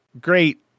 Great